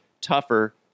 tougher